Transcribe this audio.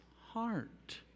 heart